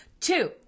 Two